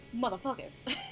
motherfuckers